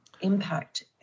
impact